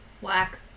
Whack